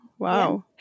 Wow